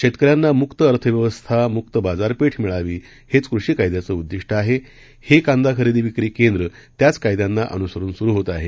शेतकऱ्यांना मुक्त अर्थ व्यवस्था मुक्त बाजारपेठ मिळावी हेच कृषी कायद्याचं उद्दिष्ट आहे हे कांदा खरेदी विक्री केंद्र त्याच कायद्यांना अनुसरुन सुरु होत आहे